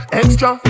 extra